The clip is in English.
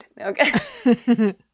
Okay